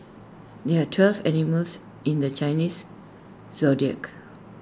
there are twelve animals in the Chinese Zodiac